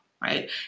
Right